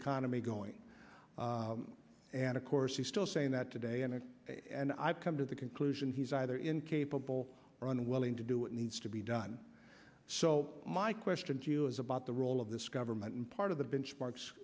economy going and of course he's still saying that today and i've and i've come to the conclusion he's either incapable or unwilling to do what needs to be done so my question to you is about the role of this government and part of the benchmark